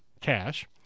cash